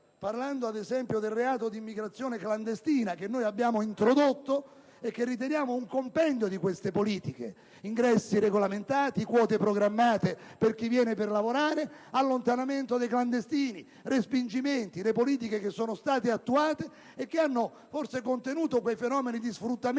della Sera» del reato di immigrazione clandestina (reato che noi abbiamo introdotto e che riteniamo un compendio delle politiche di ingresso regolamentato), di quote programmate per chi viene per lavorare, di allontanamento dei clandestini e respingimenti: politiche che sono state attuate e che hanno forse contenuto quei fenomeni di sfruttamento